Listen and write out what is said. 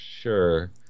Sure